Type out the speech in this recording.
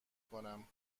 کنم